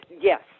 Yes